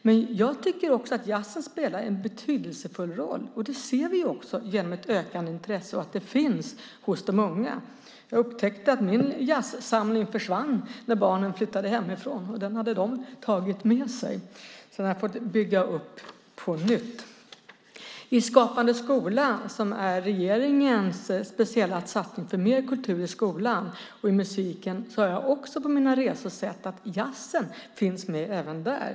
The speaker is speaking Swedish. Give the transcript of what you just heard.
Men jag tycker att jazzen spelar en betydelsefull roll, och det ser vi också genom ett ökande intresse och att det finns hos de unga. Jag upptäckte att min jazzsamling försvann när barnen flyttade hemifrån. Den hade de tagit med sig, så den har jag fått bygga upp på nytt. I Skapande skola som är regeringens speciella satsning för mer kultur i skolan och i musiken har jag också på mina resor sett att jazzen finns med även där.